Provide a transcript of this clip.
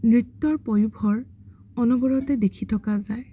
নৃত্যৰ পয়োঁভৰ অনবৰতে দেখি থকা যায়